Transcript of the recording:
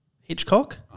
Hitchcock